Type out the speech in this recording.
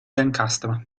biancastra